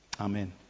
Amen